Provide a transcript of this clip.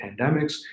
pandemics